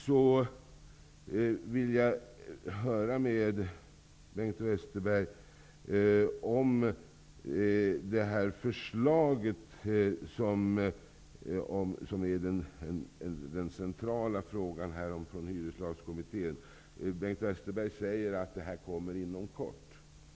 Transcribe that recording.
Jag vill slutligen höra vad Bengt Westerberg anser om förslagen från Hyreslagskommittén, vilket är det centrala. Bengt Westerberg säger att förslag kommer inom kort.